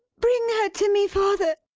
bring her to me, father!